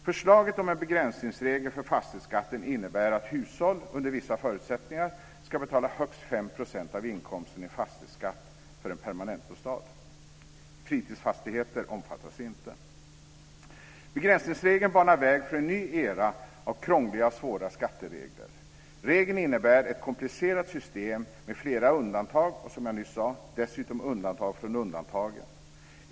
Förslaget om en begränsningsregel för fastighetsskatten innebär att hushåll, under vissa förutsättningar, ska betala högst 5 % av inkomsten i fastighetsskatt för en permanentbostad. Fritidsfastigheter omfattas inte. Begränsningsregeln banar väg för en ny era av krångliga och svåra skatteregler. Regeln innebär ett komplicerat system med flera undantag och dessutom, som jag nyss sade, undantag från undantagen.